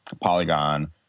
Polygon